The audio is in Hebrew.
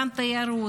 גם של התיירות,